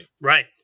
Right